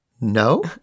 No